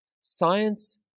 Science